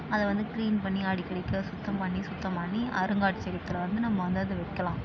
அதை வந்து க்ளீன் பண்ணி அடிக்கடிக்கு சுத்தம் பண்ணி சுத்தம் பண்ணி அருங்காட்சியகத்தில் வந்து நம்ம வந்து அதை வைக்கலாம்